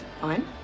fine